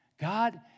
God